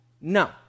no